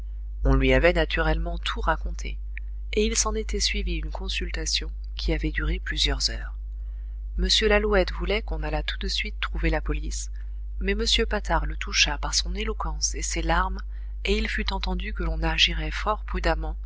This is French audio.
on lui avait naturellement tout raconté et il s'en était suivi une consultation qui avait duré plusieurs heures m lalouette voulait qu'on allât tout de suite trouver la police mais m patard le toucha par son éloquence et ses larmes et il fut entendu que l'on agirait fort